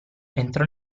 entrò